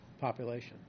population